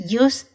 use